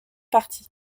party